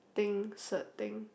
thing cert thing